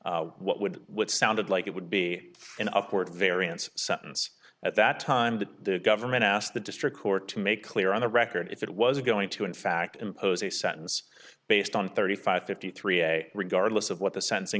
for what would what sounded like it would be an upward variance sentence at that time that the government asked the district court to make clear on the record if it was going to in fact impose a sentence based on thirty five fifty three regardless of what the sentencing